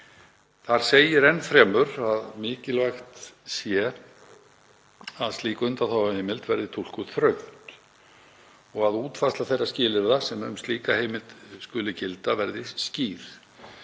Þar segir enn fremur að mikilvægt sé að slík undanþáguheimild verði túlkuð þröngt og að útfærsla þeirra skilyrða sem um slíka heimild skuli gilda verði skýr.